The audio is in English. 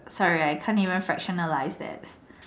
sorry I can't even fractionalize that